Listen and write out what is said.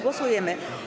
Głosujemy.